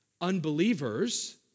unbelievers